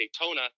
Daytona